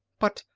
but,